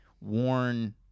worn